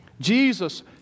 Jesus